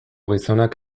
gizonak